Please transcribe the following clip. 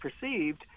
perceived